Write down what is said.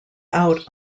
out